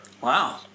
Wow